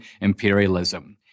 imperialism